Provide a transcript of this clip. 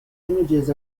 images